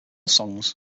songs